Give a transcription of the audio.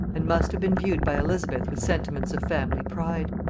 and must have been viewed by elizabeth with sentiments of family pride.